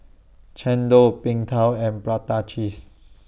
Chendol Png Tao and Prata Cheese